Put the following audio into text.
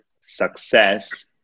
success